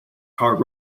hard